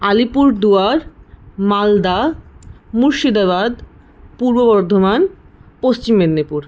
Alipurduar Malda Murshidabad Purba Bardhaman Paschim Medinipur